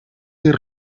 dir